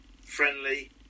friendly